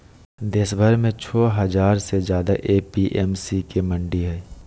देशभर में छो हजार से ज्यादे ए.पी.एम.सी के मंडि हई